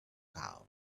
crowd